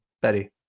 Betty